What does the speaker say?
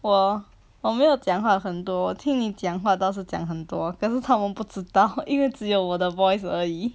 !wah! 我没有讲话很多听你讲话到时讲很多可是他们不知道因为只有我的 voice 而已